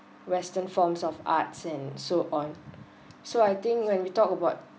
western forms of arts and so on so I think when we talk about